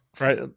Right